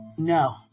No